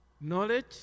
knowledge